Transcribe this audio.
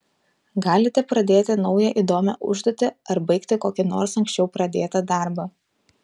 galite pradėti naują įdomią užduotį ar baigti kokį nors anksčiau pradėtą darbą